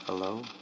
Hello